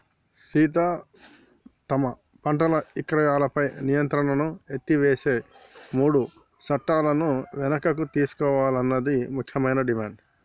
సీత తమ పంటల ఇక్రయాలపై నియంత్రణను ఎత్తివేసే మూడు సట్టాలను వెనుకకు తీసుకోవాలన్నది ముఖ్యమైన డిమాండ్